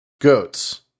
goats